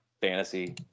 Fantasy